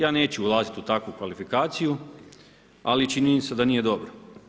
Ja neću ulaziti u takvu kvalifikaciju ali je činjenica da nije dobro.